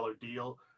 deal